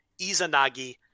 Izanagi